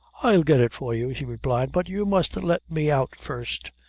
i'll get it for you, she replied but you must let me out first.